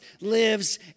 lives